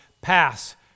pass